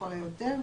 לכל היותר,